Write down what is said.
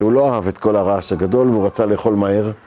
הוא לא אהב את כל הרעש הגדול והוא רצה לאכול מהר.